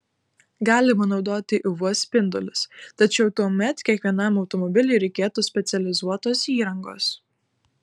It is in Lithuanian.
galima naudoti uv spindulius tačiau tuomet kiekvienam automobiliui reikėtų specializuotos įrangos